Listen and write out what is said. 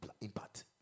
impact